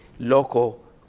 local